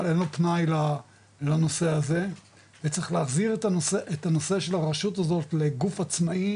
אין לו פנאי לנושא הזה וצריך לחזיר את הנושא של הרשות הזאת לגוף עצמאי,